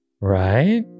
right